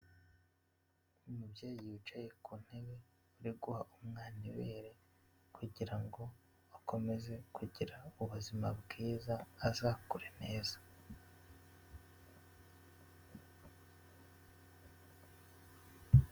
Umubyeyi wicaye ku ntebe uriguha umwana ibere, kugira ngo akomeze kugira ubuzima bwiza azakure neza.